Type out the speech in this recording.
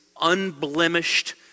unblemished